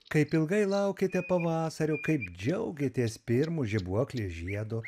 kaip ilgai laukėte pavasario kaip džiaugėtės pirmu žibuoklės žiedu